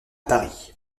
paris